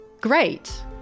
great